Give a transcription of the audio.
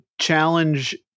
challenge